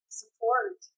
support